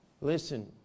Listen